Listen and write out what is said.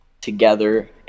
together